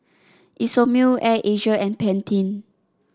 Isomil Air Asia and Pantene